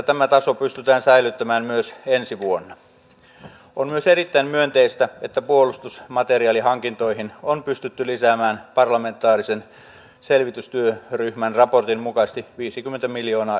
tämä idea arviointikomiteasta on ihan ok ja varsin kannatettava mutta muistutan kuitenkin hallitusta siitä että teillä on koko ajan käytettävissänne muun muassa eduskunnan tietopalvelu jolta voisitte tilata laskelmia päätöstenne seurauksista